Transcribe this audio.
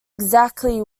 exactly